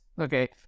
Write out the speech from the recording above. Okay